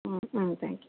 ம் ம் thank you